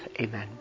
Amen